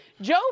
Joe